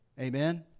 Amen